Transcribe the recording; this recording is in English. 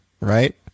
right